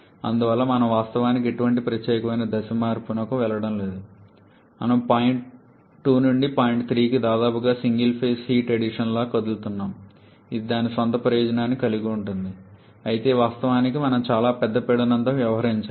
అందువల్ల మనము వాస్తవానికి ఎటువంటి ప్రత్యేకమైన దశ మార్పుకు వెళ్లడం లేదు మనము పాయింట్ 2 నుండి పాయింట్ 3కి దాదాపుగా సింగిల్ ఫేజ్ హీట్ అడిషన్ లాగా కదులుతున్నాము ఇది దాని స్వంత ప్రయోజనాన్ని కలిగి ఉంటుంది అయితే వాస్తవానికి మనం చాలా పెద్ద పీడనం తో వ్యవహరించాలి